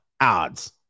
odds